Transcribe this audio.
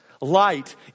Light